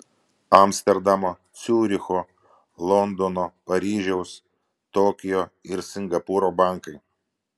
amsterdamo ciuricho londono paryžiaus tokijo ir singapūro bankai